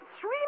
three